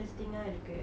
okay